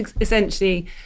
essentially